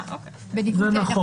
זה נכון.